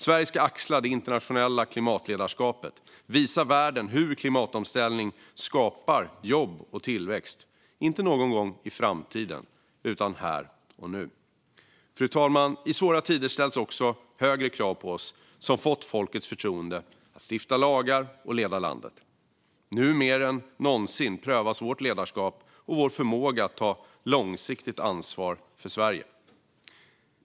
Sverige ska axla det internationella klimatledarskapet och visa världen hur klimatomställning skapar jobb och tillväxt, inte någon gång i framtiden utan här och nu. Fru talman! I svåra tider ställs också högre krav på oss som fått folkets förtroende att stifta lagar och leda landet. Nu mer än någonsin prövas vårt ledarskap och vår förmåga att ta långsiktigt ansvar för Sverige.